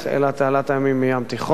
אלא תעלת הימים מהים התיכון,